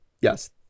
Yes